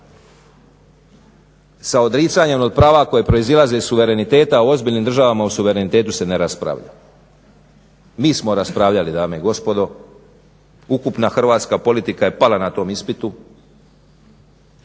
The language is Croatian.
sa odricanjem od prava koje proizlaze iz suvereniteta, o ozbiljnim državama u suverenitetu se ne raspravlja. Mi smo raspravljali dame i gospodo, ukupna hrvatska politika je pala na tom ispitu,